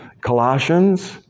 Colossians